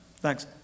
Thanks